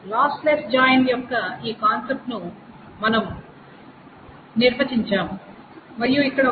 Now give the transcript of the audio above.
lossless join యొక్క ఈ concept ను మనం నిర్వచించాము మరియు ఇక్కడ ఒక విషయం ఉంది